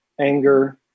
anger